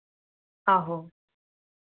आहो